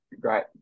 Great